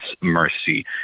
mercy